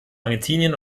argentinien